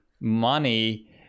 money